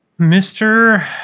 Mr